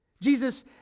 Jesus